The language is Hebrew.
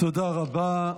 תודה רבה.